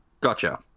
Gotcha